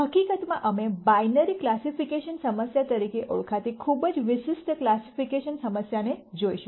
હકીકતમાં અમે binary classification સમસ્યા તરીકે ઓળખાતી ખૂબ જ વિશિષ્ટ ક્લાસીફીકેશન સમસ્યા ને જોઈશું